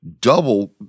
double